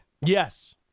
Yes